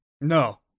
No